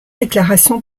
déclarations